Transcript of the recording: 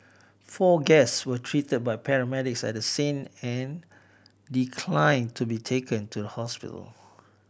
four guest were treated by paramedics at the scene and declined to be taken to the hospital